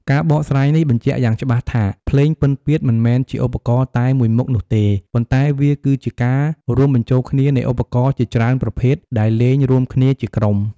ការបកស្រាយនេះបញ្ជាក់យ៉ាងច្បាស់ថា ភ្លេងពិណពាទ្យមិនមែនជាឧបករណ៍តែមួយមុខនោះទេ ប៉ុន្តែវាគឺជាការរួមបញ្ចូលគ្នានៃឧបករណ៍ជាច្រើនប្រភេទ ដែលលេងរួមគ្នាជាក្រុម។